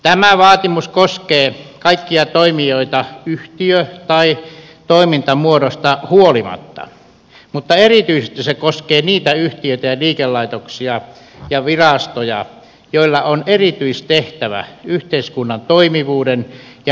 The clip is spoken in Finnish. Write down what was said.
tämä vaatimus koskee kaikkia toimijoita yhtiö tai toimintamuodosta huolimatta mutta erityisesti se koskee niitä yhtiöitä ja liikelaitoksia ja virastoja joilla on erityistehtävä yhteiskunnan toimivuuden ja menestyksen kannalta